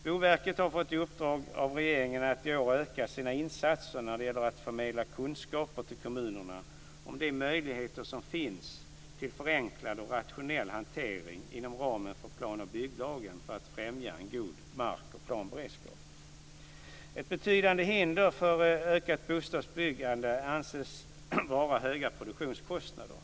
Boverket har fått i uppdrag av regeringen att i år öka sina insatser när det gäller att förmedla kunskaper till kommunerna om de möjligheter som finns till förenklad och rationell hantering inom ramen för plan och bygglagen för att främja en god mark och planberedskap. Ett betydande hinder för ökat bostadsbyggande anses vara höga produktionskostnader.